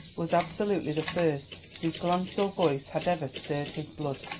was absolutely the first whose glance or voice had ever stirred his blood.